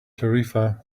tarifa